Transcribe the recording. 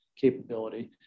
capability